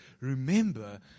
remember